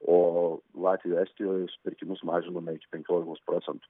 o latvijoj estijoj supirkimus mažinome iki penkiolikos procentų